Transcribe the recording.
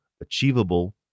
achievable